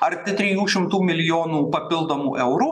arti trijų šimtų milijonų papildomų eurų